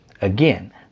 Again